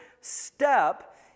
step